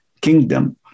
kingdom